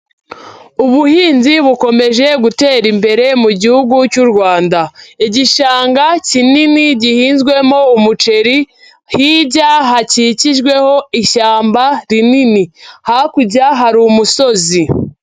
Ubuhinzi bukomeje gutera imbere mu gihugu cy'u Rwanda. Igishanga kinini gihinzwemo umuceri, hirya hakikijweho ishyamba rinini. Hakurya hari umusozi.